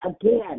again